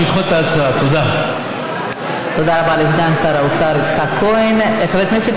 במחוז הצפוני, שבו מתגוררים לפחות כמיליון וחצי,